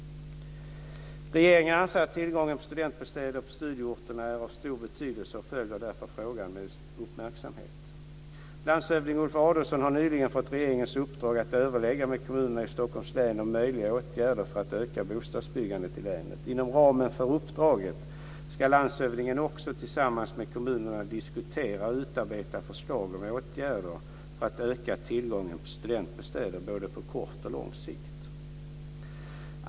Regeringen anser att tillgången på studentbostäder på studieorterna är av stor betydelse och följer därför frågan med uppmärksamhet. Landshövdingen Ulf Adelsohn har nyligen fått regeringens uppdrag att överlägga med kommunerna i Stockholms län om möjliga åtgärder för att öka bostadsbyggandet i länet. Inom ramen för uppdraget ska landshövdingen också tillsammans med kommunerna diskutera och utarbeta förslag om åtgärder för att öka tillgången på studentbostäder både på kort och lång sikt.